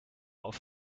auf